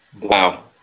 Wow